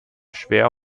schwer